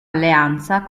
alleanza